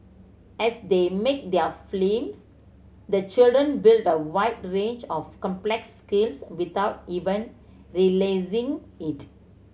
as they make their films the children build a wide range of complex skills without even realising it